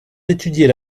d’étudier